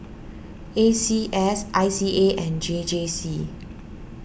A C S I C A and J J C